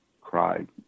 cried